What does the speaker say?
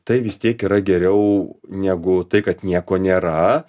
tai vis tiek yra geriau negu tai kad nieko nėra